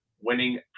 winning